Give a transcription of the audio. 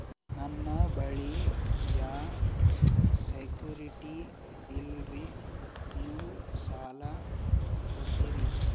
ನನ್ನ ಬಳಿ ಯಾ ಸೆಕ್ಯುರಿಟಿ ಇಲ್ರಿ ನೀವು ಸಾಲ ಕೊಡ್ತೀರಿ?